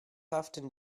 often